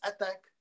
attack